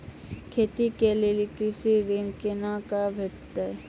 खेती के लेल कृषि ऋण कुना के भेंटते?